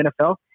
NFL